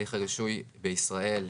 הליך הרישוי בישראל,